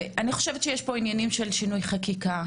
אני חושבת שיש פה עניינים של שינוי חקיקה,